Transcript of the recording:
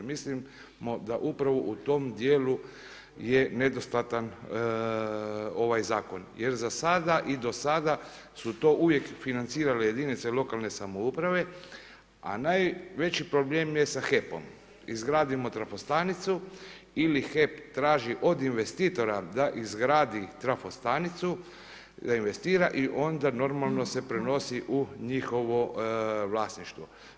Mislimo da upravo u tom djelu je nedostatan ovaj zakon jer za sada i do sada su to uvijek financirale jedinice lokalne samouprave a najveći problem je sa HEP-om, izgradimo trafostanicu ili HEP traži od investitora da izgradi trafostanicu, da investira i onda normalno se prenosi u njihovo vlasništvo.